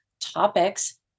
topics